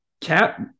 cap